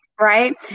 Right